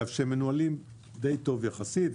שמנוהלים די טוב יחסית,